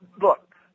Look